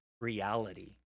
reality